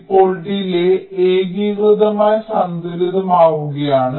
ഇപ്പോൾ ഡിലേയ് ഏകീകൃതമായി സന്തുലിതമാവുകയാണ്